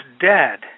dead